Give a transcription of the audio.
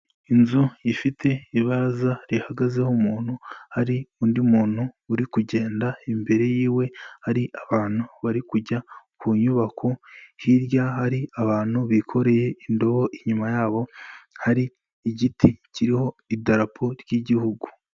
Inzu ifite ibaraza rihagazeho umuntu, hari undi muntu uri kugenda imbere y'iwe, hari abantu bari kujya ku nyubako, hirya hari abantu bikoreye indobo, inyuma yabo hari igiti kiriho idarapo ry'Igihugu.